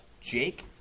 Jake